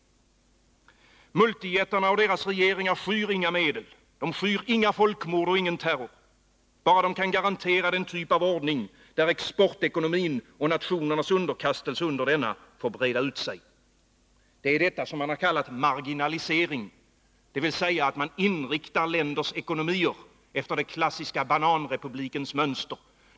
Multijättarna och deras regeringar skyr inga medel. De skyr inga folkmord och ingen terror bara de kan garantera den typ av ordning, där exportekonomin och nationernas underkastelse under denna får breda ut sig. Det är detta som man kallat marginalisering. Man inriktar länders ekonomier efter den klassiska bananrepublikens mönster.